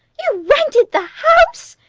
you've rented the house!